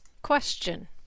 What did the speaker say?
Question